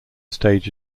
stage